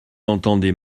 entendez